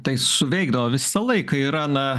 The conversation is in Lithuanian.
tai suveikdavo visą laiką yra na